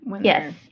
Yes